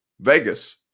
Vegas